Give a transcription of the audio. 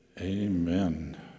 Amen